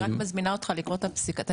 אני רק מזמינה אותך לקרוא את הנסיבות